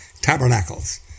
tabernacles